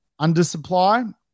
undersupply